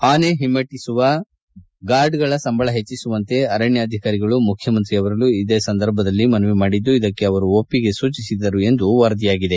ಆನೆ ಹಿಮ್ಮೆಟ್ಟಿಸುವ ಗಾರ್ಡ್ಗಳ ಸಂಬಳ ಹೆಚ್ಚಿಸುವಂತೆ ಅರಣ್ಕಾಧಿಕಾರಿಗಳು ಮುಖ್ಯಮಂತ್ರಿಯವರಲ್ಲಿ ಈ ಸಂದರ್ಭದಲ್ಲಿ ಮನವಿ ಮಾಡಿದ್ದು ಇದಕ್ಕೆ ಅವರು ಒಪ್ಪಿಗೆ ಸೂಚಿಸಿದರು ಎಂದು ವರದಿಯಾಗಿದೆ